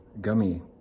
gummy